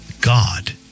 God